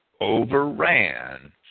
overran